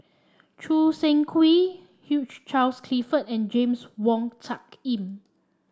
Choo Seng Quee Hugh Charles Clifford and James Wong Tuck Yim